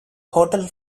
hotel